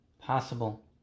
possible